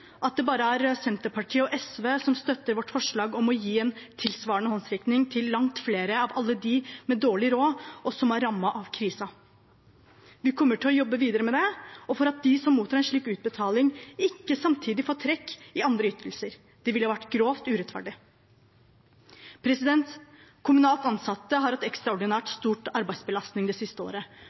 at det bare er Senterpartiet og SV som støtter vårt forslag om å gi en tilsvarende håndsrekning til langt flere av alle de med dårlig råd, og som er rammet av krisen. Vi kommer til å jobbe videre med det og for at de som mottar en slik utbetaling, ikke samtidig får trekk i andre ytelser. Det ville vært grovt urettferdig. Kommunalt ansatte har en ekstraordinært stor arbeidsbelastning det siste året,